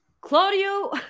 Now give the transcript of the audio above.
Claudio